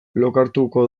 lokartuko